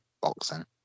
boxing